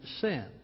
sin